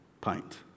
pint